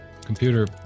computer